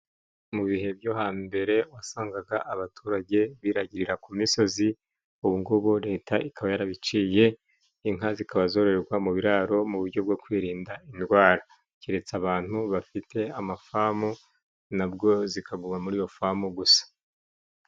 Mu bihe byo hambere wasangaga abaturage biragirira ku misozi ,ubu ngubu leta ikaba yarabiciye inka zikaba zororerwa mu biraro mu bujyo bwo kwirinda indwara, keretse abantu bafite amafamu nabwo zikaguma muri iyo famu gusa.